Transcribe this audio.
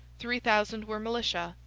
three thousand were militia,